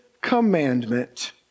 commandment